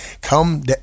come